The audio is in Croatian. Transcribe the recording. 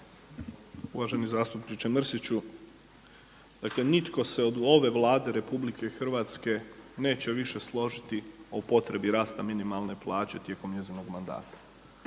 Uvaženi zastupniče Mrsiću, dakle nitko se od ove Vlade RH neće više složiti o potrebi rasta minimalne plaće tijekom njezinog mandata.